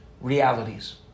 realities